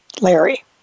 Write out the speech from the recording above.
Larry